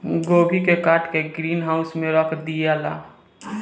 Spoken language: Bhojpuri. गोभी के काट के ग्रीन हाउस में रख दियाला